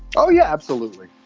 oh, yeah, absolutely